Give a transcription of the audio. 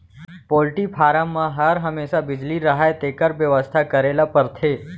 poultry farm म हर हमेसा बिजली रहय तेकर बेवस्था करे ल परथे